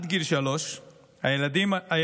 לפי מחקרים,